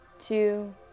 two